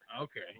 Okay